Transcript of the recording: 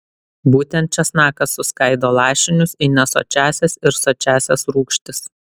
būtent česnakas suskaido lašinius į nesočiąsias ir sočiąsias rūgštis